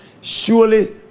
surely